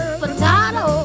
potato